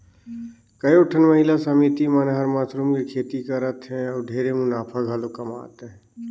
कयोठन महिला समिति मन हर मसरूम के खेती करत हें अउ ढेरे मुनाफा घलो कमात अहे